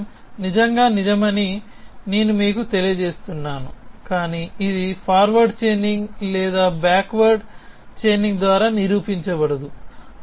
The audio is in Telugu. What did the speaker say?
ఈ వాక్యం నిజంగా నిజమని నేను మీకు తెలియజేస్తాను కాని ఇది ఫార్వర్డ్ చైనింగ్ లేదా బ్యాక్వర్డ్ చైనింగ్ ద్వారా నిరూపించబడదు